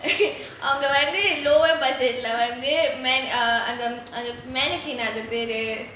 uh அவங்க வந்து:avanga vanthu lower budget leh வந்து:vanthu ma~ uh on the on the mannequin அதுக்க பெரு:athukka peru